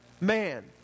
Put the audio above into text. man